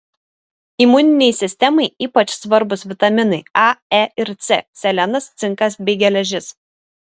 imuninei sistemai ypač svarbūs vitaminai a e ir c selenas cinkas bei geležis